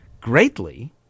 greatly